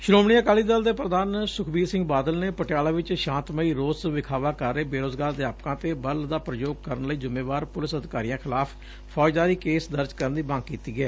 ਸ੍ਰੋਮਣੀ ਅਕਾਲੀ ਦਲ ਦੇ ਪੁਧਾਨ ਸੁਖਬੀਰ ਸਿੰਘ ਬਾਦਲ ਨੇ ਪਟਿਆਲਾ ਵਿਚ ਸ਼ਾਂਤਮਈ ਰੋਸ ਵਿਖਾਵਾ ਕਰ ਰਹੇ ਬੇਰੋਜਗਾਰ ਅਧਿਆਪਕਾਂ ਤੇ ਬਲ ਦਾ ਪ੍ਰਯੋਗ ਕਰਨ ਲਈ ਜ੍ਰੀਮੇਵਾਰ ਪੁਲਿਸ ਅਧਿਕਾਰੀਆਂ ਖਿਲਾਫ ਫੌਜਦਾਰੀ ਕੇਸ ਦਰਜ ਕਰਨ ਦੀ ਮੰਗ ਕੀਤੀ ਏ